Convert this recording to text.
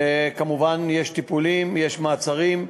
וכמובן יש טיפולים, יש מעצרים,